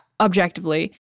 objectively